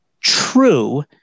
true